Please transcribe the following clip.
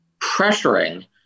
pressuring